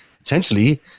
potentially